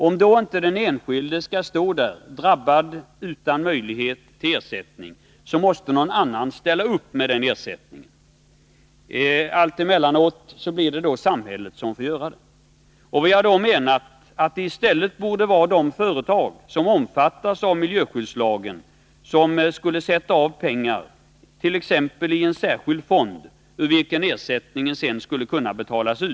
För att inte den enskilde skall stå där utan möjlighet till ersättning måste någon annan ställa upp med denna — allt emellanåt blir det samhället som får göra det. Vi menar därför att det i stället borde vara de företag som omfattas av miljöskyddslagen som skulle sätta av pengar, t.ex. i en särskild fond, ur vilken ersättning sedan skulle kunna betalas ut.